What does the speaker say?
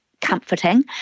comforting